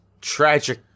tragic